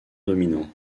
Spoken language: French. dominant